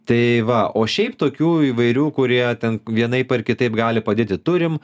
tai va o šiaip tokių įvairių kurie ten vienaip ar kitaip gali padėti turim